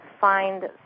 find